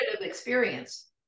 experience